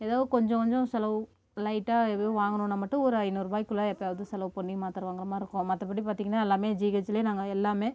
எதாவது கொஞ்சம் கொஞ்சம் செலவு லைட்டா எதையும் வாங்கணும்னா மட்டும் ஒரு ஐநூறுபாய்க்குள்ளே எப்பயாவது செலவு பண்ணி மாத்திரை வாங்குற மாதிரி இருக்கும் மற்றபடி பார்த்தீங்கன்னா எல்லாமே ஜிஹெச்சிலே நாங்கள் எல்லாமே